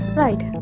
right